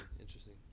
Interesting